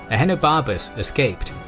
ahenobarbus escaped.